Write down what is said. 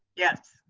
yes.